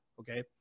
Okay